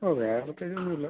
ഓഹ് വേറെ പ്രത്യേകിച്ചൊന്നും ഇല്ല